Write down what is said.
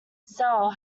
cell